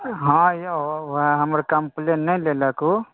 हँ औ हमर कम्प्लेन नहि लेलक ओ